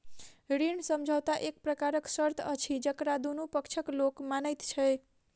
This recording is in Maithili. ऋण समझौता एक प्रकारक शर्त अछि जकरा दुनू पक्षक लोक मानैत छै